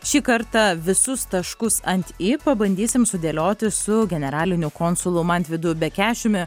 šį kartą visus taškus ant i pabandysim sudėlioti su generaliniu konsulu mantvydu bekešiumi